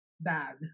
bad